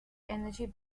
energy